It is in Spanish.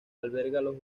los